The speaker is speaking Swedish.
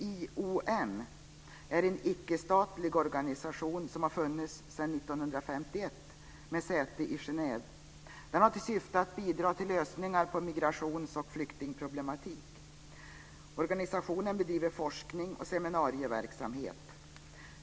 IOM är en icke-statlig organisation, med säte i Genève, som har funnits sedan 1951. Den har till syfte att bidra till lösningar på migrations och flyktingproblematik. Organisationen bedriver forskning och seminarieverksamhet.